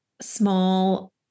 small